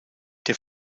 der